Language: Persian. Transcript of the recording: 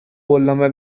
قولنامه